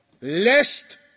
lest